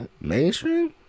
Mainstream